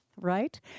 right